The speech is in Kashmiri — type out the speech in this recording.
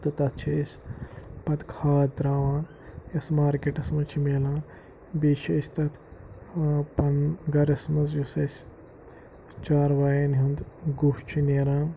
تہٕ تَتھ چھِ أسۍ پَتہٕ کھاد تراوان یۄس مارکیٹَس منٛز چھِ میلان بیٚیہِ چھِ أسۍ تَتھ پَنُن گَرَس منٛز یُس اَسہِ چاروایَن ہُنٛد گُہہ چھُ نیران